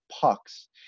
pucks